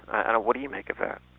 and what do you make of that?